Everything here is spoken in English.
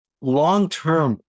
long-term